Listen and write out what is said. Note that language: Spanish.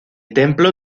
templo